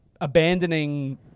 abandoning